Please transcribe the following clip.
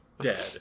dead